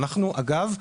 ואגב,